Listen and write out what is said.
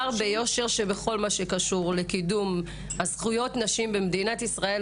ביושר שבכל מה שקשור לקידום זכויות נשים במדינת ישראל,